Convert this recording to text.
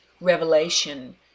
Revelation